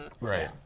Right